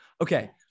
Okay